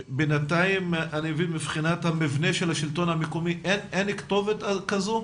בינתיים אני מבין שמבחינת המבנה של השלטון המקומי אין כתובת כזו?